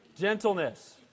Gentleness